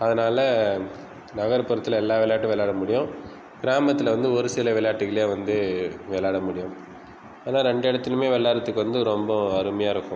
அதனால நகர்புறத்தில் எல்லா விளையாட்டும் விளையாட முடியும் கிராமத்தில் வந்து ஒரு சில விளையாட்டுகளே வந்து விளையாட முடியும் ஆனால் ரெண்டு இடத்துலையுமே வெள்ளாடறதுக்கு வந்து ரொம்ப அருமையாக இருக்கும்